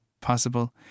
possible